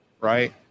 Right